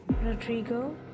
Rodrigo